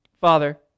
Father